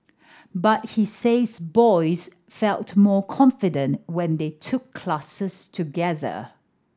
but he says boys felt more confident when they took classes together